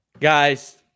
Guys